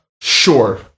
Sure